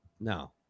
No